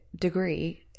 degree